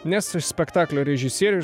nes spektaklio režisieriui